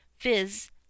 viz